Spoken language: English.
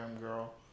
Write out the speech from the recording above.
girl